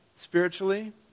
spiritually